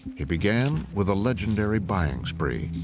he began with a legendary buying spree.